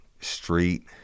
Street